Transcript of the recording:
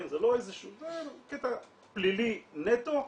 זה קטע פלילי נטו,